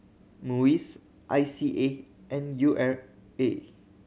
MUIS I C A and U R A